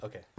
Okay